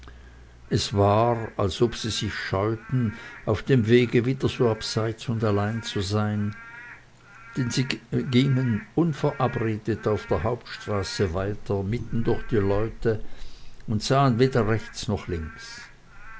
es war als ob sie sich scheuten auf dem wege wieder so abseits und allein zu sein denn sie gingen unverabredet auf der hauptstraße weiter mitten durch die leute und sahen weder rechts noch links